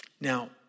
Now